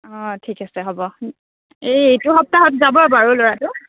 অঁ ঠিক আছে হ'ব এই এইটো সপ্তাহত যাব বাৰু ল'ৰাটো